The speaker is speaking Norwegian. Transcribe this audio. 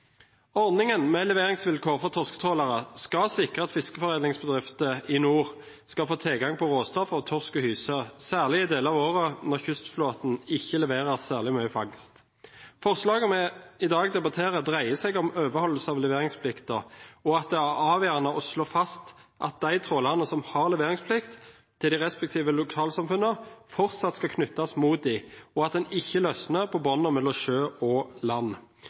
Ordningen med leveringsvilkår for torsketrålere skal sikre at fiskeforedlingsbedrifter i nord skal få tilgang på råstoff av torsk og hyse, særlig i deler av året når kystflåten ikke leverer særlig mye fangst. Forslagene vi i dag debatterer, dreier seg om overholdelse av leveringsplikten, og at det er avgjørende å slå fast at de trålerne som har leveringsplikt til de respektive lokalsamfunnene, fortsatt skal knyttes mot dem, og at man ikke løsner på båndene mellom sjø og land.